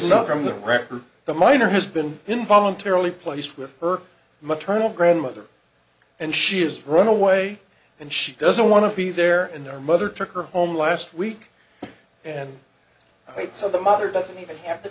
not from the record the minor has been in voluntarily placed with her maternal grandmother and she has run away and she doesn't want to be there and their mother took her home last week and i'd say the mother doesn't even have the